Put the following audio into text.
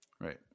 right